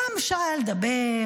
פעם אפשר היה לדבר.